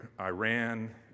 Iran